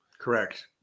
Correct